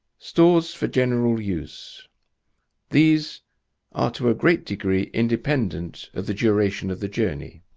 stores for general use these are to a great degree independent of the duration of the journey.